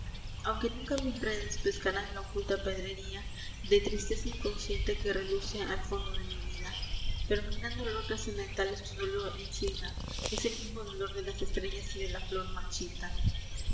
aunque nunca mis redes pescarán la oculta pedrería de tristeza inconsciente que reluce al fondo de mi vida pero mi gran dolor trascendental es tu dolor encina es el mismo dolor de las estrellas y de la flor marchita